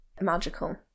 magical